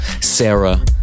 Sarah